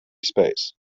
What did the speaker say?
space